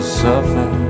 suffer